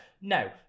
no